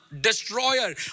destroyer